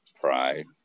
pride